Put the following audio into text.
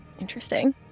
Interesting